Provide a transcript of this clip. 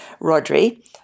Rodri